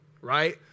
right